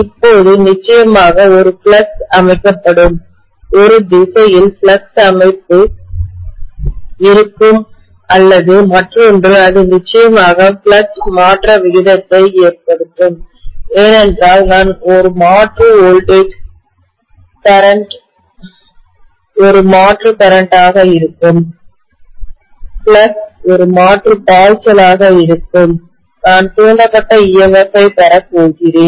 இப்போது நிச்சயமாக ஒரு ஃப்ளக்ஸ் அமைக்கப்படும் ஒரு திசையில் ஒரு ஃப்ளக்ஸ் அமைப்பு இருக்கும் அல்லது மற்றொன்று அது நிச்சயமாக ஃப்ளக்ஸ் மாற்ற விகிதத்தை ஏற்படுத்தும் ஏனென்றால் நான் ஒரு மாற்று வோல்டேஜ்மின்னழுத்தம் கரண்ட் ஒரு மாற்று கரண்ட் ஆக இருக்கும் ஃப்ளக்ஸ் ஒரு மாற்று பாய்ச்சலாக இருக்கும் நான் தூண்டப்பட்ட EMF ஐ பெற போகிறேன்